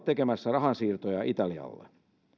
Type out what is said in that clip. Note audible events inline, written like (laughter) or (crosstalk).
(unintelligible) tekemässä rahansiirtoja italialle